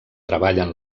treballen